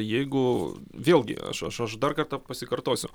jeigu vėlgi aš aš aš dar kartą pasikartosiu